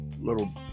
little